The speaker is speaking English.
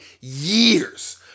years